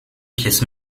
pièces